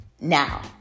now